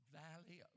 valley